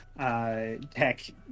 tech